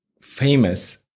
famous